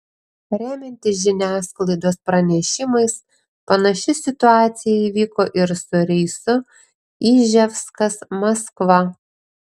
remiantis žiniasklaidos pranešimais panaši situacija įvyko ir su reisu iževskas maskva